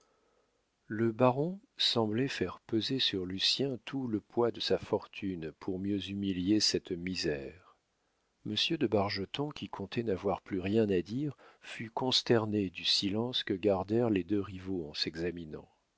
le baron semblait faire peser sur lucien tout le poids de sa fortune pour mieux humilier cette misère monsieur de bargeton qui comptait n'avoir plus rien à dire fut consterné du silence que gardèrent les deux rivaux en s'examinant